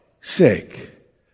Sick